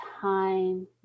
time